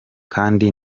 kandi